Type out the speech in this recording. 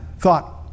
thought